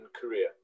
Korea